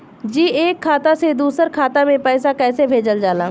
जी एक खाता से दूसर खाता में पैसा कइसे भेजल जाला?